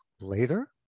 later